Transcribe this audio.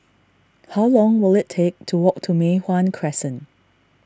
how long will it take to walk to Mei Hwan Crescent